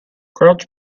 crouch